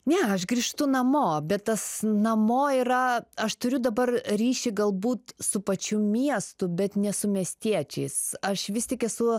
ne aš grįžtu namo bet tas namo yra aš turiu dabar ryšį galbūt su pačiu miestu bet ne su miestiečiais aš vis tik esu